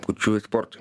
kurčiųjų sportui